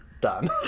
done